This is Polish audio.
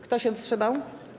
Kto się wstrzymał?